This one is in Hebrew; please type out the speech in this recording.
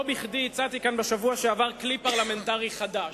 לא בכדי הצעתי כאן בשבוע שעבר כלי פרלמנטרי חדש: